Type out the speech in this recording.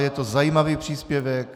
Je to zajímavý příspěvek.